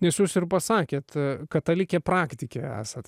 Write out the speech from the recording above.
visus ir pasakėte katalikė praktikė esate